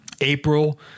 April